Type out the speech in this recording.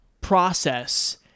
process